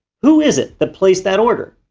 who is it that placed that order?